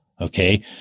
Okay